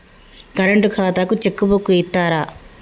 Current ఖాతాకు check book ఇత్తరా?